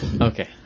Okay